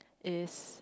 is